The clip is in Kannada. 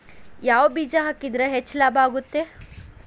ಯಾವ ಬೇಜ ಹಾಕಿದ್ರ ಹೆಚ್ಚ ಲಾಭ ಆಗುತ್ತದೆ?